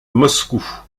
moscou